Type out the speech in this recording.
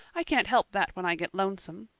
i can't help that when i get lonesome.